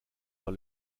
vers